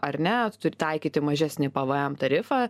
ar ne taikyti mažesnį pvm tarifą